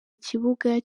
ikibuga